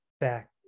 back